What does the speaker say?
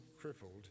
crippled